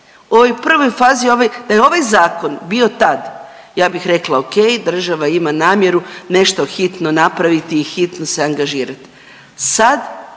prvoj fazi. Da je ovaj zakon bio tad ja bih rekla ok država ima namjeru nešto hitno napraviti i hitno se angažirati.